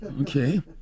Okay